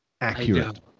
accurate